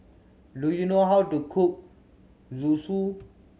do you know how to cook Zosui